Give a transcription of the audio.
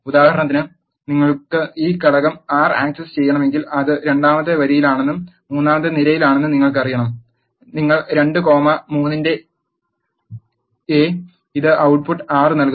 ഉദാഹരണത്തിന് നിങ്ങൾക്ക് ഈ ഘടകം 6 ആക്സസ് ചെയ്യണമെങ്കിൽ അത് രണ്ടാമത്തെ വരിയിലാണെന്നും മൂന്നാമത്തെ നിരയിലാണെന്നും നിങ്ങൾ പറയണം നിങ്ങൾ 2 കോമ 3 ന്റെ എ ഇത് output ട്ട് പുട്ട് 6 നൽകുന്നു